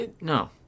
no